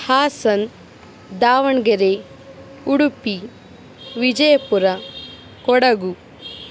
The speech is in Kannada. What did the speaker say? ಹಾಸನ ದಾವಣಗೆರೆ ಉಡುಪಿ ವಿಜಯಪುರ ಕೊಡಗು